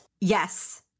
Yes